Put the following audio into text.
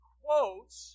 quotes